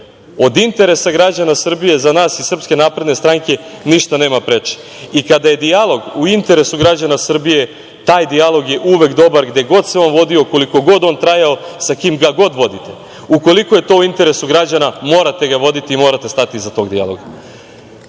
od interesa građana Srbije za nas iz SNS ništa nema preče. Kada je dijalog u interesu građana Srbije, taj dijalog je uvek dobar gde god se on vodio, koliko god on trajao, sa kim god ga vodite. Ukoliko je to u interesu građana morate ga voditi i morate stati iza tog dijaloga. Što